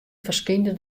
ferskynde